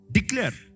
Declare